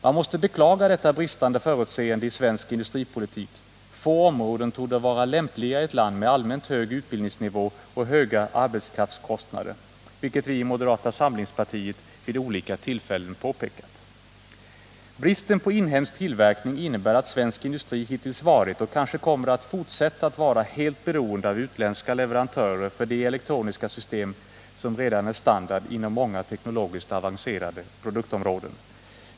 Man måste beklaga detta bristande förutseende i svensk industripolitik; få områden torde vara lämpligare i ett land med allmänt hög utbildningsnivå och höga arbetskraftskostnader, vilket vi i moderata samlingspartiet vid olika tillfällen påpekat. Bristen på inhemsk tillverkning innebär att svensk industri hittills varit och kanske kommer att fortsätta att vara helt beroende av utländska leverantörer för de elektroniska system som redan är standard inom många teknologiskt avancerade produktområden.